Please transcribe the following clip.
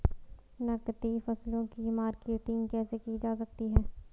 नकदी फसलों की मार्केटिंग कैसे की जा सकती है?